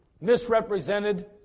misrepresented